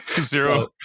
Zero